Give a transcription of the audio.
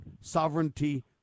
sovereignty